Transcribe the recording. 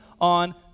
on